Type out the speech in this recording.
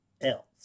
else